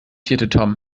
konstatierte